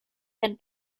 and